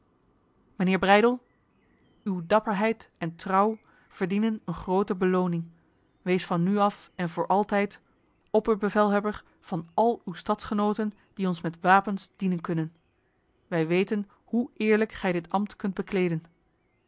mijnheer breydel uw dapperheid en trouw verdienen een grote beloning wees van nu af en voor altijd opperbevelhebber van al uw stadsgenoten die ons met wapens dienen kunnen wij weten hoe eerlijk gij dit ambt kunt bekleden